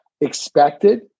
expected